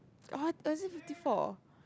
or is it fifty four